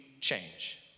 change